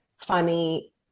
Funny